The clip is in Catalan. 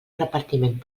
repartiment